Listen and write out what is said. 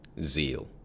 Zeal